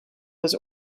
was